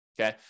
okay